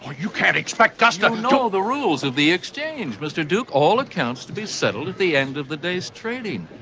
you can't expect us to, you know the rules of the exchange, mr. duke. all accounts to be settled at the end of the day's trading,